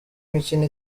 mikino